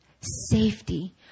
Safety